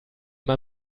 man